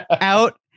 out